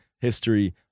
history